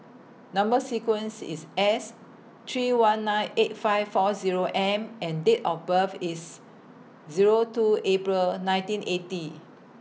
Number sequence IS S three one nine eight five four Zero M and Date of birth IS Zero two April nineteen eighty